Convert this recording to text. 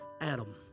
Adam